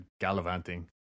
gallivanting